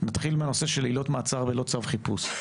נתחיל מהנושא של עילות מעצר ללא צו חיפוש.